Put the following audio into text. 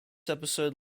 episode